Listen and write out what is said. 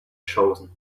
chosen